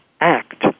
act